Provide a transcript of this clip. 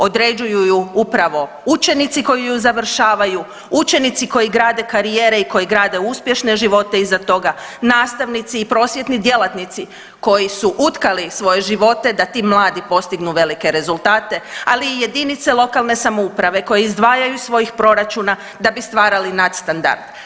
Određuju ju upravo učenici koji ju završavaju, učenici koji grade karijere i koji grade uspješne živote iza toga, nastavnici i prosvjetni djelatnici koji su utkali svoje živote da ti mladi postignu velike rezultate, ali i jedinice lokalne samouprave koje izdvajaju iz svojih proračuna da bi stvarali nadstandard.